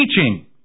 teaching